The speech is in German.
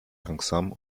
langsam